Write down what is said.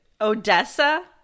odessa